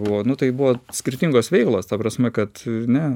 buvo nu tai buvo skirtingos veiklos ta prasme kad ne